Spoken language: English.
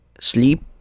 sleep